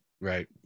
right